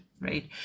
right